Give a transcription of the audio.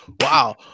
wow